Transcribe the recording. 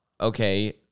okay